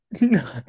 No